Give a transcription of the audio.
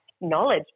knowledge